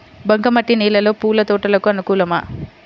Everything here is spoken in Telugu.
బంక మట్టి నేలలో పూల తోటలకు అనుకూలమా?